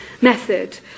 method